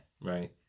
right